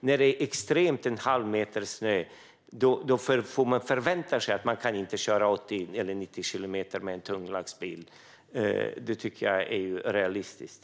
I extrema lägen med en halv meter snö kan man inte förvänta sig att kunna köra i 80 eller 90 kilometer i timmen med en tung lastbil. Det är inte realistiskt.